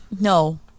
No